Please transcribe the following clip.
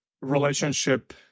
relationship